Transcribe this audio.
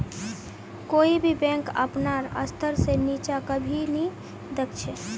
कोई भी बैंक अपनार स्तर से नीचा कभी नी दख छे